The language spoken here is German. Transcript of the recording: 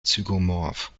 zygomorph